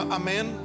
amen